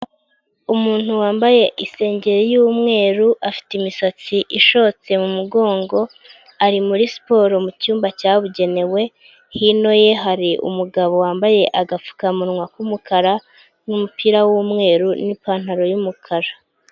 Umuntu wambaye isengeri y'umweru, afite imisatsi ishotse mu mugongo, ari muri siporo mu cyumba cyabugenewe. Hino ye hari umugabo wambaye agapfukamunwa k'umukara n'umupira w'umweru n'ipantaro y'umukara.